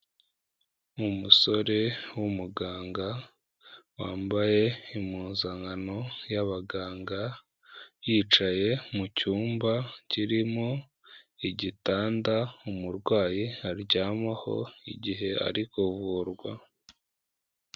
Umusore w'umuganga wambaye impuzankano y'abaganga, yicaye mu cyumba kirimo igitanda umurwayi aryamaho igihe ari kuvurwa.